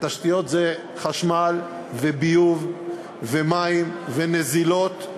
ותשתיות זה חשמל וביוב ומים ונזילות,